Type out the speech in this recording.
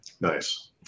Nice